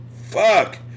Fuck